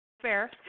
fair